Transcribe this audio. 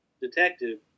Detective